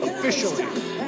Officially